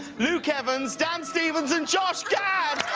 luke evans, dan stevens and josh gad.